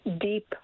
deep